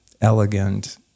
elegant